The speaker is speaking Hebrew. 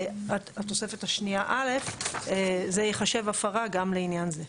התוספת השנייה א' זה ייחשב הפרה גם לעניין זה.